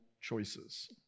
choices